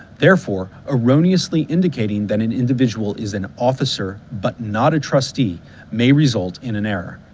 therefore, erroneously indicating that an individual is an officer, but not a trustee may result in an error.